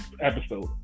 episode